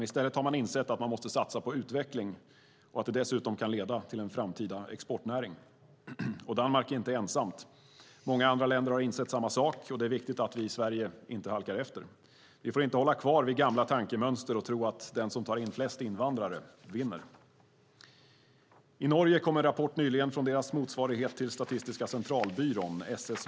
I stället har man insett att man måste satsa på utveckling och att det dessutom kan leda till en framtida exportnäring. Och Danmark är inte ensamt. Många andra länder har insett samma sak. Det är viktigt att vi i Sverige inte halkar efter. Vi får inte vara kvar vid gamla tankemönster och tro att den som tar in flest invandrare vinner. I Norge kom nyligen en rapport från SSB, deras motsvarighet till Statistiska centralbyrån.